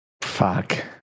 Fuck